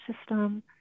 system